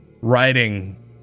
writing